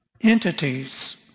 entities